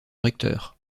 recteur